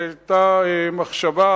כי היתה מחשבה,